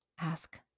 Ask